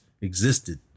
existed